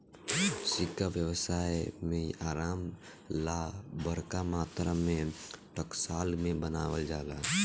सिक्का व्यवसाय में आराम ला बरका मात्रा में टकसाल में बनावल जाला